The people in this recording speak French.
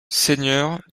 seigneur